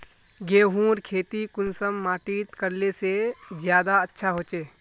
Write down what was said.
गेहूँर खेती कुंसम माटित करले से ज्यादा अच्छा हाचे?